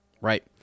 Right